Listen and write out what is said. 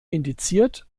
indiziert